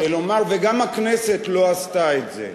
וגם הכנסת לא עשתה את זה.